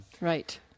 Right